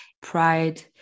pride